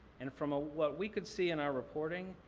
and from ah what we could see in our reporting,